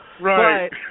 Right